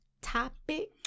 topic